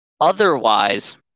Otherwise